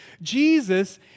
Jesus